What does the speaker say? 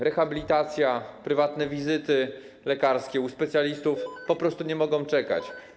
Rehabilitacja, prywatne wizyty lekarskie u specjalistów po prostu nie mogą czekać.